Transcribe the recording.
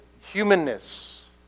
humanness